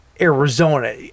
Arizona